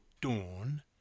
Dawn